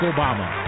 Obama